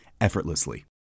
effortlessly